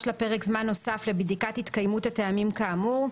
לה פרק זמן נוסף לבדיקת התקיימות הטעמים כאמור,